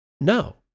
no